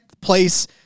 place